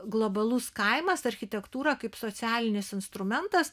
globalus kaimas architektūra kaip socialinis instrumentas